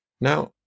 Now